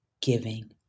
giving